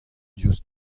diouzh